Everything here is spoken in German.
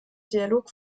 dialog